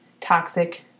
toxic